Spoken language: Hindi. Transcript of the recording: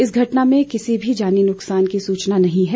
इस घटना में किसी भी जानी नुकसान की सूचना नहीं है